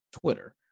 Twitter